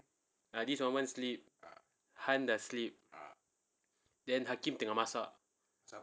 ah this wan one sleep han dah sleep then hakim tengah masak